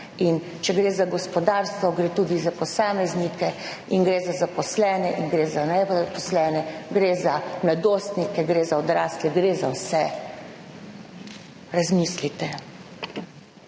in, če gre za gospodarstvo, gre tudi za posameznike in gre za zaposlene in gre za nezaposlene, gre za mladostnike, gre za odrasle, gre za vse. Razmislite.